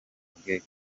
bwe